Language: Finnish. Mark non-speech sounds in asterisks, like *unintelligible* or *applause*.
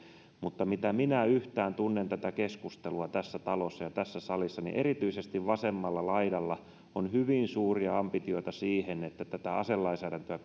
mutta mitä minä yhtään tunnen tätä keskustelua tässä talossa ja tässä salissa niin erityisesti vasemmalla laidalla on hyvin suuria ambitioita siihen että tätä aselainsäädäntöä *unintelligible*